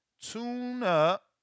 tune-up